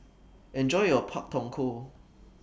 Enjoy your Pak Thong Ko